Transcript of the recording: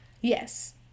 Yes